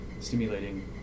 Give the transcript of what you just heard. stimulating